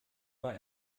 war